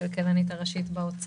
הכלכלנית הראשית במשרד האוצר.